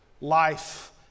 life